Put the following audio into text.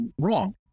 wrong